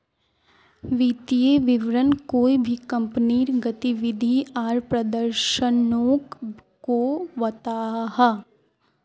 वित्तिय विवरण कोए भी कंपनीर गतिविधि आर प्रदर्शनोक को बताहा